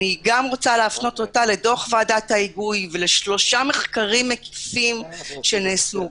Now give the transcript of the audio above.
אני רוצה להפנות גם אותה לדוח ועדת ההיגוי ולשלושה מחקרים מקיפים שנעשו,